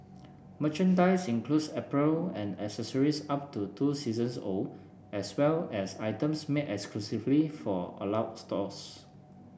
merchandise includes apparel and accessories up to two seasons old as well as items made exclusively for stores